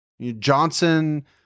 Johnson